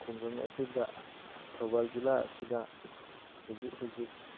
ꯈꯨꯡꯒꯪ ꯑꯁꯤꯗ ꯊꯧꯕꯥꯜ ꯖꯤꯂꯥ ꯑꯁꯤꯗ ꯍꯨꯖꯤꯛ ꯍꯨꯖꯤꯛ